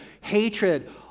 hatred